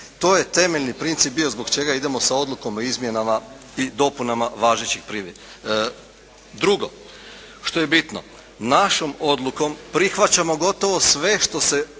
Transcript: To je temeljni princip bio zbog čega idemo sa odlukom o izmjenama i dopunama važećih …/Govornik se ne razumije./… Drugo što je bitno, našom odlukom prihvaćamo gotovo sve što se nudi